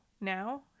now